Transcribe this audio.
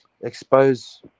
expose